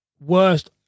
worst